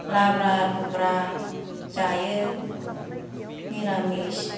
लाब्रा लुब्रा जायो निरामिस